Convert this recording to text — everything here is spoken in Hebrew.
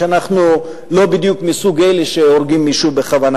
אנחנו לא בדיוק מאלה שהורגים מישהו בכוונה,